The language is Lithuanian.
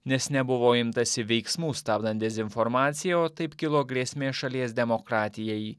nes nebuvo imtasi veiksmų stabdant dezinformaciją o taip kilo grėsmė šalies demokratijai